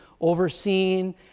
overseen